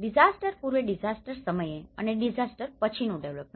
disaster પૂર્વે disaster સમયે અને ડીઝાસ્ટર પછીનું ડેવેલપમેન્ટ